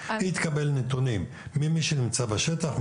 היא תקבל נתונים ממי שנמצא בשטח,